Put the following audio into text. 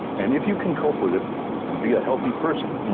and if you can cope with it and be a healthy person,